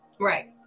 Right